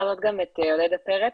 להעלות גם את עודדה פרץ,